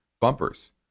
bumpers